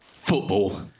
Football